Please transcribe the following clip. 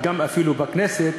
וגם אפילו בכנסת,